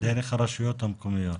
דרך הרשויות המקומיות.